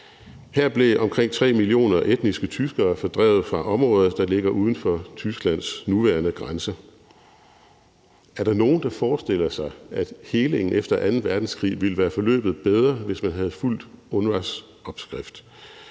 Her blev omkring 3 millioner etniske tyskere fordrevet fra områder, der ligger uden for Tysklands nuværende grænse. Er der nogen, der forestiller sig, at helingen efter anden verdenskrig ville være forløbet bedre, hvis man havde fulgt UNRWA's opskrift,